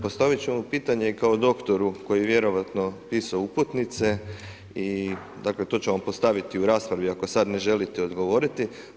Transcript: Postavit ću vam pitanje kao doktoru koji je vjerojatno pisao uputnice i dakle, to ću vam postaviti u raspravi, ako sad ne želite odgovoriti.